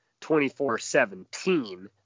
24-17